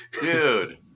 dude